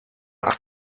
acht